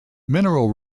mineral